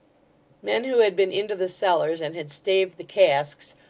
men who had been into the cellars, and had staved the casks,